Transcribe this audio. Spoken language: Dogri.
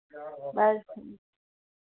बस